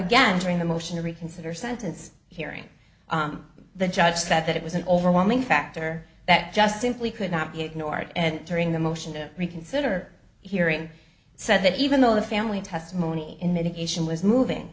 again during the motion to reconsider sentence hearing the judge said that it was an overwhelming factor that just simply could not be ignored and during the motion to reconsider hearing said that even though the family testimony in mitigation was moving